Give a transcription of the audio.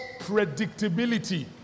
predictability